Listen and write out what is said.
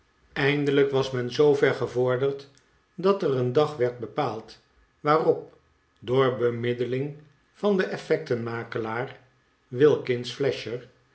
eindelijk was men zoover gevorderd dat er een dag werd bepaald waarop door bemiddeling van den effectenmakelaar wilkins flasher